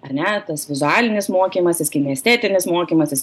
ar ne tas vizualinis mokymasis kinestetinis mokymasis